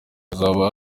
hazaba